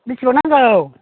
बेसेबां नांगौ